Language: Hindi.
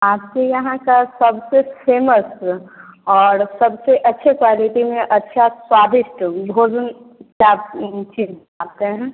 आपके यहाँ का सबसे फेसम औड़ सबसे अच्छे क्वालिटी में अच्छा स्वादिष्ट भोजन क्या चीज हैं